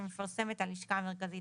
שמפרסמת הלשכה המרכזית